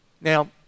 Now